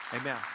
Amen